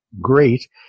great